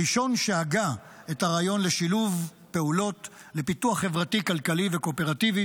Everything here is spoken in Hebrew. הראשון שהגה את הרעיון לשילוב פעולות לפיתוח חברתי-כלכלי וקואופרטיבי